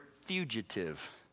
fugitive